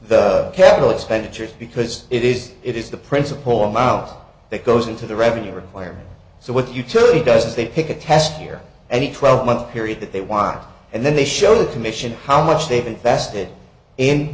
the capital expenditures because it is it is the principle or miles that goes into the revenue requirement so what utility does they pick a task here any twelve month period that they want and then they show the commission how much they've invested in